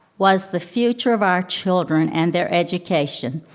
was the future of our children and their education.